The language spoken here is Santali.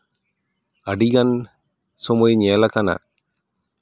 ᱟᱹᱰᱤᱜᱟᱱ ᱥᱚᱢᱚᱭ ᱧᱮᱞ ᱠᱟᱱᱟ